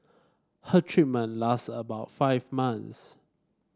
her treatment last about five months